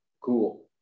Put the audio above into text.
cool